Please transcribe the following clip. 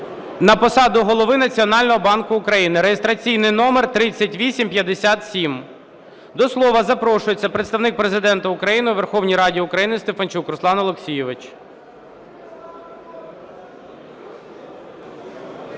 на посаду Голови Національного банку України (реєстраційний номер 3857). До слова запрошується Представник Президента України у Верховній Раді України Стефанчук Руслан Олексійович.